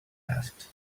asked